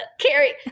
Carrie